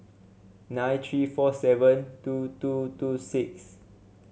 nine three four seven two two two six